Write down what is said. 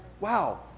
wow